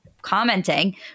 commenting